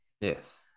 Yes